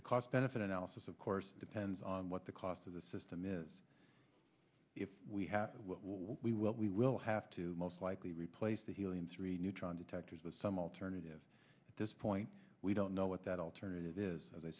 the cost benefit analysis of course depends on what the cost of the system is if we have what we will we will have to most likely replace the helium three neutron detectors with some alternative at this point we don't know what that alternative is as i